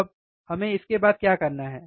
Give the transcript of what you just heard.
अब हमें इसके बाद क्या करना है